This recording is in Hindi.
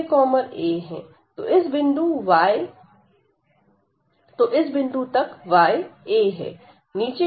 तो इस बिंदु तक y a है